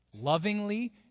Lovingly